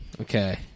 Okay